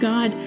God